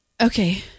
Okay